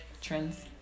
trends